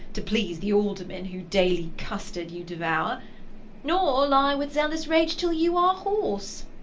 to please the alderman whose daily custard you devour nor lie with zealous rage till you are hoarse.